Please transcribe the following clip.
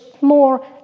More